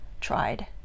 tried